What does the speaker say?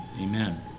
amen